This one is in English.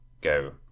go